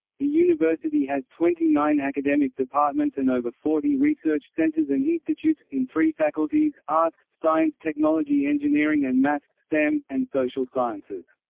the university has twenty nine academic departments and over forty research centres and institutes, in three faculties arts, science technology engineering and maths stem, and social sciences.